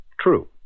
True